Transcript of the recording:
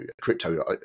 crypto